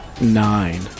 nine